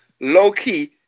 low-key